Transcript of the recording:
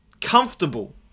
comfortable